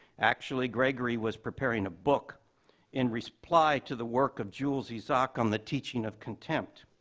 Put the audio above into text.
actually, gregory was preparing a book in reply to the work of jules isaac on the teaching of contempt,